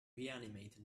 reanimate